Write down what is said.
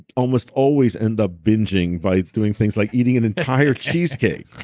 almost always end up binging by doing things like eating an entire cheesecake